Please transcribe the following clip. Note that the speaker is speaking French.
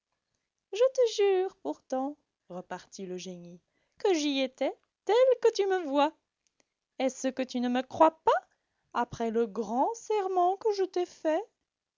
je te jure pourtant repartit le génie que j'y étais tel que tu me vois est-ce que tu ne me crois pas après le grand serment que je t'ai fait